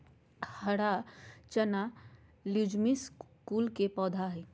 हरा चना लेज्युमिनेसी कुल के पौधा हई